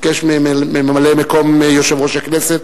אני מבקש מממלא-מקום יושב-ראש הכנסת